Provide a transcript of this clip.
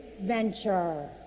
venture